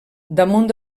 damunt